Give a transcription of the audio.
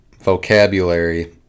vocabulary